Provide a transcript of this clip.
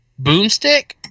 boomstick